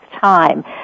time